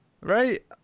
right